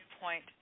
point